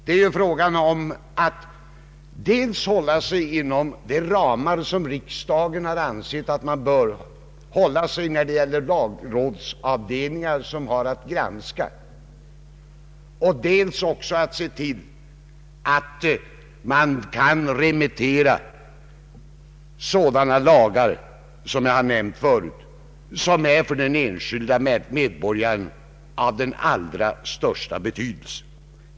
Vad det gäller är ju dels att hålla oss inom de ramar som riksdagen fastställt genom att man velat begränsa antalet granskande lagrådsavdelningar, dels också att se till att man kan remittera sådana lagar, som jag har nämnt förut, och som för den enskilde medborgaren är av den allra största betydelse att få granskade.